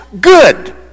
good